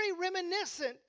reminiscent